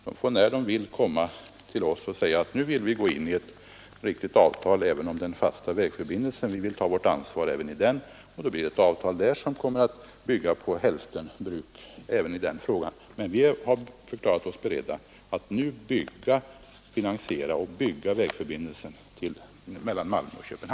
De får, när de vill, komma till oss och säga: Nu vill vi träffa ett riktigt avtal även när det gäller den fasta vägförbindelsen, vi vill ta vårt ansvar för den. Ett sådant avtal kommer att bygga på hälftenbruk. — Men vi har nu förklarat oss beredda att finansiera och bygga vägförbindelsen mellan Malmö och